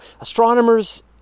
astronomers